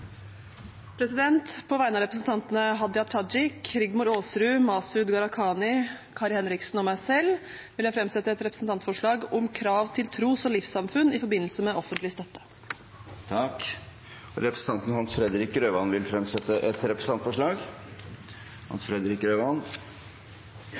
På vegne av representantene Hadia Tajik, Rigmor Aasrud, Masud Gharahkhani, Kari Henriksen og meg selv vil jeg framsette et representantforslag om krav til tros- og livssynssamfunn i forbindelse med offentlig støtte. Representanten Hans Fredrik Grøvan vil fremsette et representantforslag.